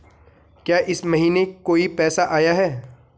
क्या इस महीने कोई पैसा आया है?